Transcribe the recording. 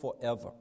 forever